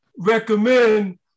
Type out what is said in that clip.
Recommend